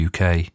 UK